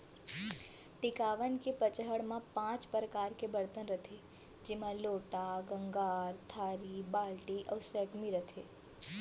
टिकावन के पंचहड़ म पॉंच परकार के बरतन रथे जेमा लोटा, गंगार, थारी, बाल्टी अउ सैकमी रथे